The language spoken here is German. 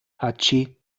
hatschi